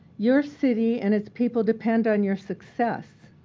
your city and its people depend on your success.